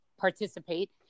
participate